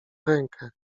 rękę